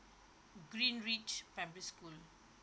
greenridge primary school